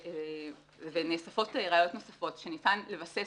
ככל שהוא נחקר ונאספות ראיות נוספות שניתן לבסס